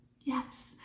Yes